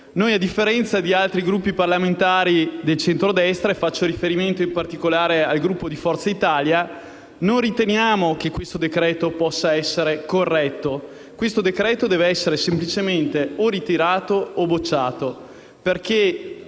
A differenza di altri Gruppi parlamentari del centrodestra - e faccio riferimento in particolare al Gruppo Forza Italia - riteniamo che questo decreto-legge non possa essere corretto, ma lo stesso debba essere semplicemente ritirato o bocciato, perché